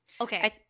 Okay